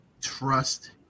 trust